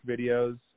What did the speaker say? videos